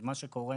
מה שקורה